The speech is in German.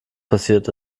passiert